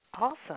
Awesome